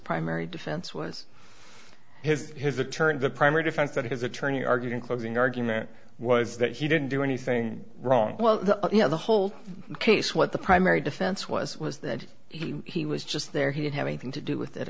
primary defense was his his attorney the primary defense that his attorney argued in closing argument was that he didn't do anything wrong well you know the whole case what the primary defense was was that he was just there he didn't have anything to do with it